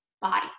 body